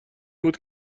بود